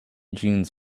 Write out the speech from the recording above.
jeans